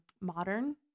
Modern